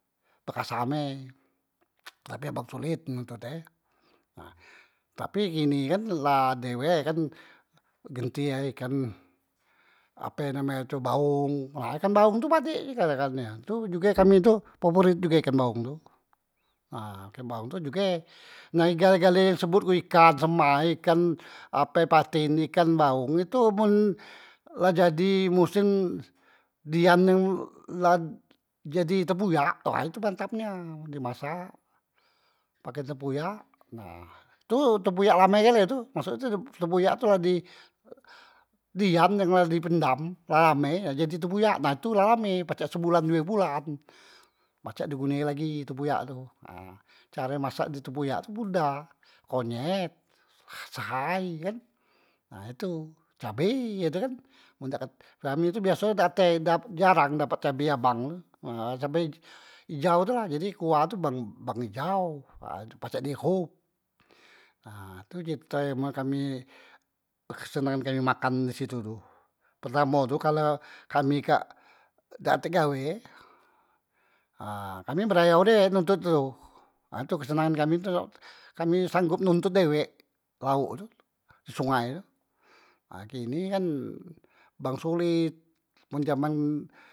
Pekasam e tapi emang solet nuntut e nah tapi kini kan la ade be kan genti e ikan ape name e tu baong, nah ikan baong tu padek dikate e kan tu juge kami tu paporit juge ikan baong tu, nah ikan baong tu juge nah gale- gale sebut ku ikan sema, ikan ape paten, ikan baong ha itu men la jadi musem dian yang la jadi tempuyak wa itu mantap nia, di masak pake tempuyak nah tu tempuyak lame gale tu maksude tempuyak tu la di dian yang la di pendam la lame jadi tempuyak ha tu la lame pacak sebulan due bulan pacak di gune lagi tempuyak tu nah, care masak tempuyak tu ye mudah, konyet, sehai kan ha itu cabe ye tu kan men dak kat, kami tu biasonye dak tek ap jarang dapat cabe abang tu cab- cabe ijau tula, jadi kuah tu bang bang ijao ha tu pacak di ihop, nah tu crite men kami kesenengan kami makan disitu tu, pertamo tu kalu kami kak dak tek gawe ha kami barayo dey nontot tu ha tu kesenangan kami tu kami sanggop nontot dewek laok tu di sungai tu ha kini kan bang solet, men jaman.